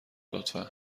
لطفا